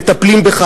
מטפלים בך,